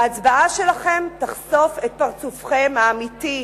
ההצבעה שלכם תחשוף את פרצופכם האמיתי.